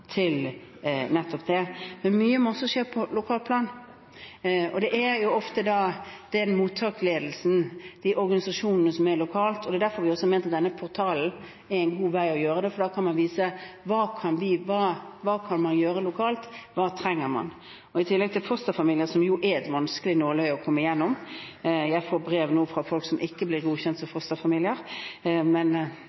til nettopp dette. Men mye må også skje på lokalt plan. Det dreier seg da ofte om den mottaksledelsen og de organisasjonene som er lokalt. Det er derfor vi har ment at denne portalen er en god måte å gjøre dette på, for da kan man få vist hva man kan gjøre lokalt, hva man trenger. I tillegg til fosterfamilier, som jo er et vanskelig nåløye å komme igjennom – jeg får brev fra folk som ikke blir godkjent som fosterfamilier, av helt åpenbare grunner, men